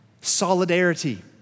solidarity